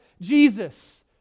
Jesus